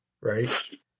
right